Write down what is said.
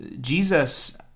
Jesus